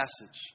passage